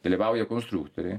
dalyvauja konstruktoriai